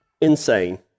insane